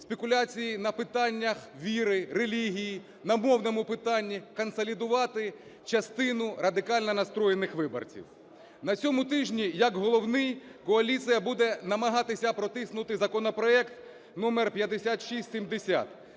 спекуляції на питаннях віри, релігії, на мовному питанні консолідувати частину радикально настроєних виборців. На цьому тижні як головний коаліція буде намагатися протиснути законопроект номер 5670.